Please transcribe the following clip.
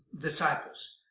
disciples